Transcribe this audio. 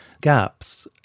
gaps